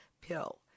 pill